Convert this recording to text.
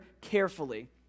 carefully